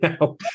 now